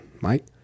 Mike